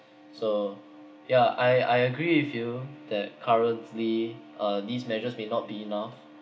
so yeah I I agree with you that currently uh these measures may not be enough